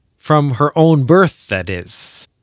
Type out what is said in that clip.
from her own birth that is.